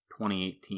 2018